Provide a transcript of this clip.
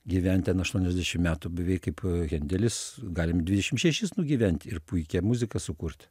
gyvent ten aštuoniasdešim metų beveik kaip hendelis galim dvidešim šešis nugyvent ir puikią muziką sukurt